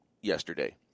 yesterday